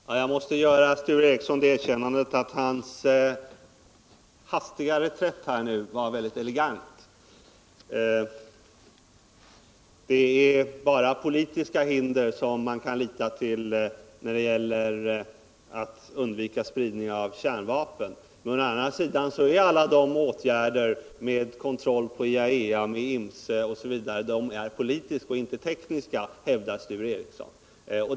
Herr talman! Jag måste ge Sture Ericson det erkännandet att hans hastiga reträtt var väldigt elegant. Det är bara politiska hinder som man kan lita till när det gäller att undvika spridning av kärnkraft, men å andra sidan är alla de åtgärder med kontroll genom IAEA, INFCE osv. politiska och inte tekniska, hävdar Sture Ericson.